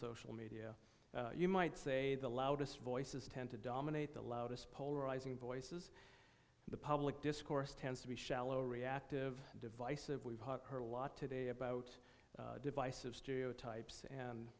social media you might say the loudest voices tend to dominate the loudest polarizing voices the public discourse tends to be shallow reactive divisive we've heard a lot today about divisive studio types and